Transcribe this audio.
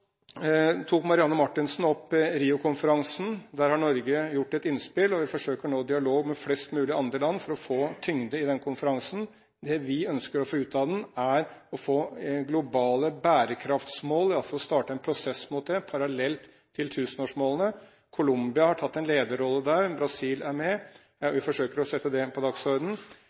Marianne Marthinsen tok opp Rio-konferansen. Der har Norge gjort et innspill, og vi forsøker nå å få en dialog med flest mulig andre land for å få tyngde i den konferansen. Det vi ønsker å få ut av den, er globale bærekraftsmål, i hvert fall starte en prosess mot det, parallelt til tusenårsmålene. Colombia har tatt en lederrolle der. Brasil er med. Vi forsøker å sette det på